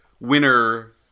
winner